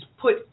put